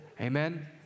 Amen